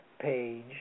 page